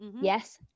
Yes